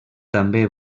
també